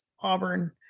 Auburn